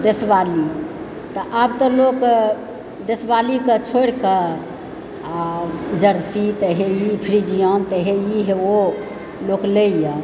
देशवाली तऽआब तऽलोक देशवालीके छोड़ि कऽआ जर्सी तऽ हे इ तऽ हे ई ओ लोक लए यऽ